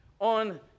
on